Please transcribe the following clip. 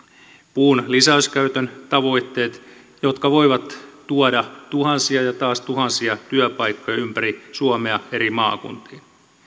puun lisäyskäytön tavoitteet jotka voivat tuoda tuhansia ja taas tuhansia työpaikkoja ympäri suomea eri maakuntiin